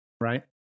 Right